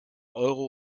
euro